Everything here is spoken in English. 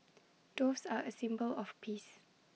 doves are A symbol of peace